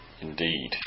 Indeed